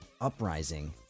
Uprising